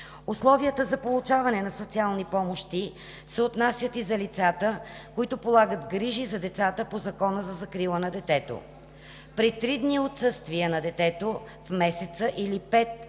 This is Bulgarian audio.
Условията за получаване на социални помощи се отнасят и за лицата, които полагат грижи за децата по Закона за закрила на детето. При три дни отсъствия в месеца на детето или